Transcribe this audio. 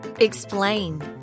Explain